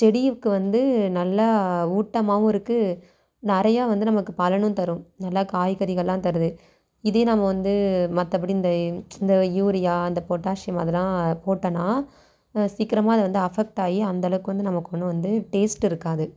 செடிக்கு வந்து நல்லா ஊட்டமாகவும் இருக்குது நிறையா வந்து நமக்கு பலனும் தரும் நல்லா காய்கறிகள்லாம் தருது இதே நாம் வந்து மற்றபடி இந்த இந்த யூரியா அந்த பொட்டாசியம் அதெலாம் போட்டோனா சீக்கிரமாக அதை வந்து அபெக்ட் ஆகி அந்தளவுக்கு வந்து நமக்கு ஒன்று வந்து டேஸ்டு இருக்காது